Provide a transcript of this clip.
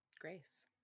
Grace